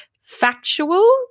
factual